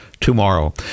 tomorrow